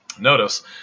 notice